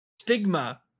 stigma